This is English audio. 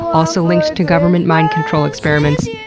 also linked to government mind control experiments,